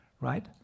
right